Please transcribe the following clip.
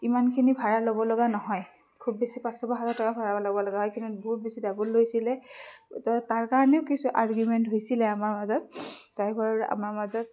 ইমানখিনি ভাড়া ল'ব লগা নহয় খুব বেছি পাঁচশ বা হাজাৰ টকা ভাড়া ল'ব লগা হয় কিন্তু বহুত বেছি ডাবোল লৈছিলে তহ তাৰকাৰণেও কিছু আৰ্গোমেণ্ট হৈছিলে আমাৰ মাজত ড্ৰাইভৰ আমাৰ মাজত